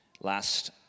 Last